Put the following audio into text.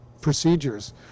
procedures